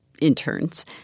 interns